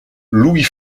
louis